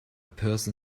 person